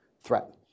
threat